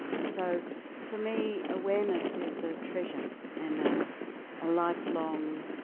so for me awareness is a treasure and a lifelong